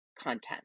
content